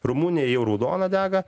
rumunija jau raudona dega